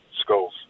schools